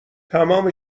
تمام